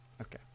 Okay